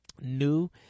new